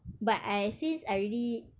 but I since I already